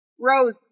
rose